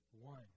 One